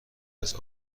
است